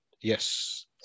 Yes